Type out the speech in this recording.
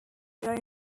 there